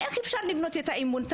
איך אפשר לבנות את האמון?